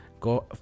go